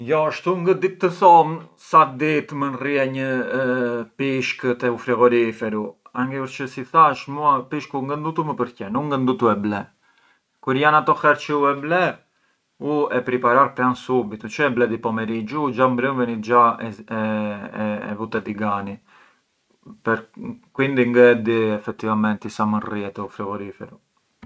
Jo shtu ngë di të thom sa ditë mënd rrie një pishk te u frigoriferu, anchi përçë si thash, mua pishku ngë ndutu më përqen, u ngë ndutu e ble, kur jan ato herë çe e ble, u e priparar subitu, çë e ble di pomeriggiu? U gia mbrënvenit già e vu te digani, quindi ngë e di effettivamenti sa mënd rrie te u frigoriferu.